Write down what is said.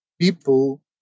people